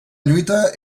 lluita